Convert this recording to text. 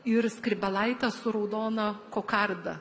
ir skrybėlaitę su raudona kokarda